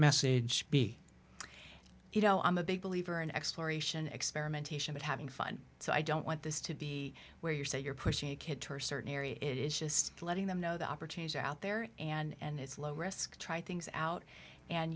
message be you know i'm a big believer in exploration experimentation of having fun so i don't want this to be where you say you're pushing a kid to a certain area it is just letting them know the opportunities out there and it's low risk try things out and